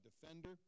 defender